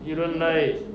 you don't like